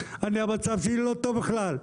אני המצב שלי לא טוב בכלל,